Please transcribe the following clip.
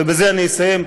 ובזה אני אסיים.